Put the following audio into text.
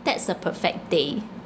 that's a perfect day